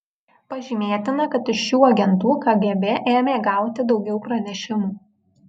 pažymėtina kad iš šių agentų kgb ėmė gauti daugiau pranešimų